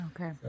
Okay